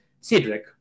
Cedric